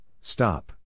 stop